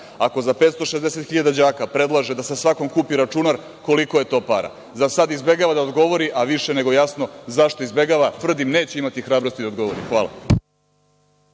ako za 560 hiljada đaka predlaže da se svakom kupi računar, koliko je to para? Za sad izbegava da odgovori, a više nego jasno zašto izbegava, a tvrdim da neće imati hrabrosti da odgovori. Hvala.